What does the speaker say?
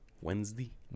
Wednesday